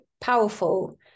powerful